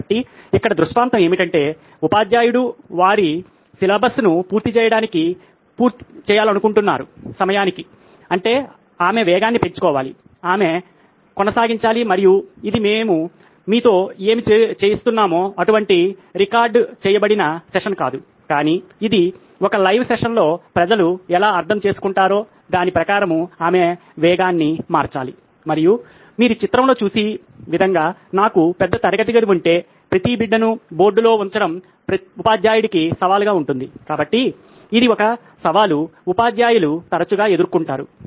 కాబట్టి ఇక్కడ దృష్టాంతం ఏమిటంటే ఉపాధ్యాయుడు వారి సిలబస్ను సమయానికి పూర్తి చేయాలనుకుంటున్నారు అంటే ఆమె వేగాన్ని పెంచుకోవాలి ఆమె కొనసాగించాలి మరియు ఇది మేము మీతో ఏమి చేస్తున్నామో అటు వంటి రికార్డ్ చేయబడిన సమావేశ కాలము కాదు కానీ ఇది ఒక ప్రత్యక్ష సమావేశ కాలము లో ప్రజలు ఎలా అర్థం చేసుకుంటారో దాని ప్రకారం ఆమె వేగాన్ని మార్చాలి మరియు మీరు చిత్రంలో చూసే విధంగా నాకు పెద్ద తరగతి ఉంటే ప్రతి బిడ్డను బోర్డులో ఉంచడం ఉపాధ్యాయుడికి సవాలుగా ఉంటుంది కాబట్టి ఇది ఒక సవాలు ఉపాధ్యాయులు తరచుగా ఎదుర్కొంటారు